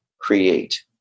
create